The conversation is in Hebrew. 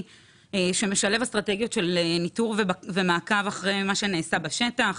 שמשלב אסטרטגיות של ניטור ומעקב אחרי מה שנעשה בשטח.